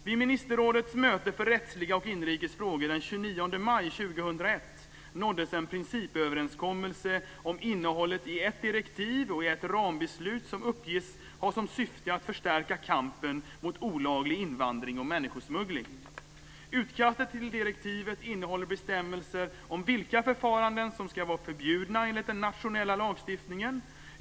Vid ministerrådets möte för rättsliga och inrikes frågor den 29 maj 2001 nåddes en principöverenskommelse om innehållet i ett direktiv och i ett rambeslut som uppges ha som syfte att förstärka kampen mot olaglig invandring och människosmuggling. Utkastet till direktivet innehåller bestämmelser om vilka förfaranden som ska vara förbjudna enligt den nationella lagstiftningen.